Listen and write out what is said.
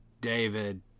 David